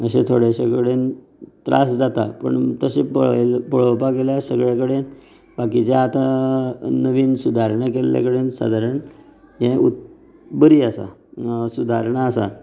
अशें थोडेशे कडेन त्रास जाता पूण तशें पळय पळोवपाक गेल्यार सगळे कडेन बाकिचे आसा नवीन सुदारणा केल्ले कडेन सादारण हे बरी आसा हे सुदारणा आसा